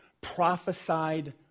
prophesied